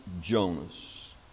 Jonas